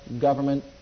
government